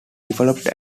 developed